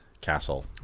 Castle